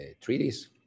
treaties